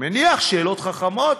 אני מניח ששאלות חכמות,